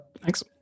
thanks